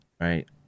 right